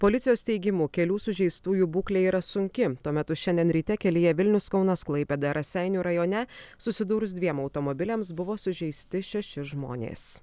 policijos teigimu kelių sužeistųjų būklė yra sunki tuo metu šiandien ryte kelyje vilnius kaunas klaipėda raseinių rajone susidūrus dviem automobiliams buvo sužeisti šeši žmonės